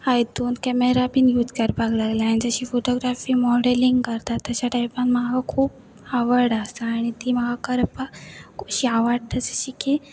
हितून camera been use करपाक लागल्या आनी जशी फोटोग्राफी मॉडेलींग करता तश्या टायपान म्हाका खूब आवड आसा आनी ती म्हाका करपाक अशी आवडटा जशी की